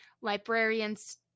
librarian's